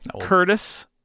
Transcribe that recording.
Curtis